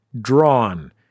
Drawn